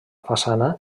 façana